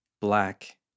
Black